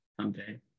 someday